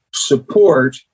support